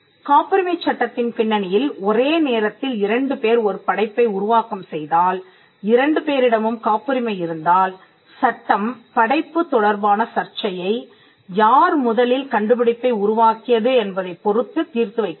காப்புரிமைச் சட்டத்தின் பின்னணியில் ஒரே நேரத்தில் இரண்டு பேர் ஒரு படைப்பை உருவாக்கம் செய்தால் இரண்டு பேரிடமும் காப்புரிமை இருந்தால்சட்டம் படைப்பு தொடர்பான சர்ச்சையை யார் முதலில் கண்டுபிடிப்பை உருவாக்கியது என்பதை பொறுத்து தீர்த்து வைக்கிறது